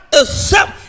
accept